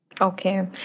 Okay